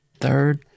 third